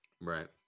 Right